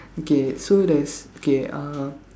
okay so there's K uh